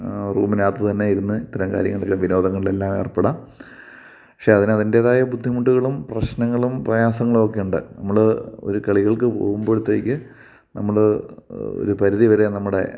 റൂമിനകത്ത് തന്നെ ഇരുന്ന് ഇത്തരം കാര്യങ്ങള് വിനോദങ്ങളിലെല്ലാം ഏർപ്പെടാം പക്ഷേ അതിനതിൻറ്റേതായ ബുദ്ധിമുട്ടുകളും പ്രശ്നങ്ങളും പ്രയാസങ്ങളൊക്കെയുണ്ട് നമ്മള് ഒരു കളികൾക്ക് പോകുമ്പോഴത്തേക്ക് നമ്മള് ഒരു പരിധിവരെ നമ്മുടെ